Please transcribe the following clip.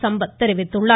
சம்பத் தெரிவித்துள்ளார்